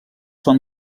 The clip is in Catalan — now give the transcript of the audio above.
són